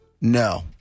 No